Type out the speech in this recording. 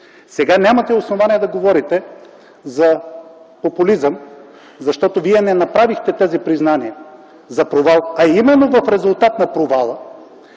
Сега нямате основания да говорите за популизъм, защото не направихте тези признания за провал, а именно в резултат на провала